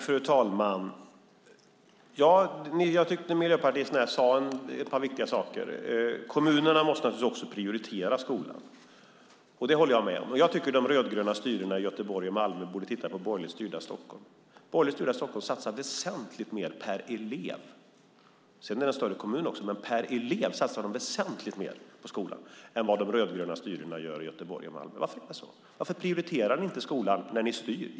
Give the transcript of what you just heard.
Fru talman! Jag tyckte att miljöpartisterna sade ett par viktiga saker. Kommunerna måste naturligtvis också prioritera skolan. Det håller jag med om. Jag tycker dock att de rödgröna styrena i Göteborg och Malmö borde titta på borgerligt styrda Stockholm. Borgerligt styrda Stockholm satsar väsentligt mer per elev. Sedan är det en större kommun också, men per elev satsar man väsentligt mer på skolan än vad de rödgröna styrena gör i Göteborg och Malmö. Varför är det så? Varför prioriterar ni inte skolan när ni styr, Gustav Fridolin?